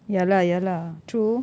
ya lah ya lah true